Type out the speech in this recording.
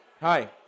Hi